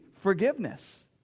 forgiveness